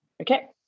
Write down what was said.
Okay